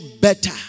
better